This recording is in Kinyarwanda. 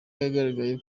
byagaragaye